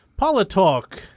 PoliTalk